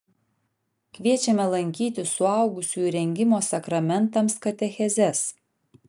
kviečiame lankyti suaugusiųjų rengimo sakramentams katechezes